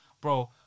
bro